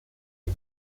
del